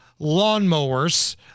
lawnmowers